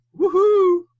woohoo